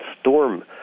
storm